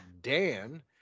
Dan